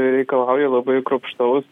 reikalauja labai kruopštaus